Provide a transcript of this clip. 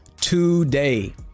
today